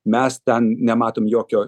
mes ten nematom jokio